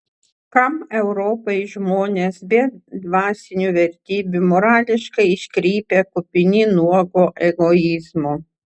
kam europai žmonės be dvasinių vertybių morališkai iškrypę kupini nuogo egoizmo